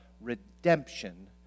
redemption